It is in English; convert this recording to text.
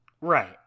right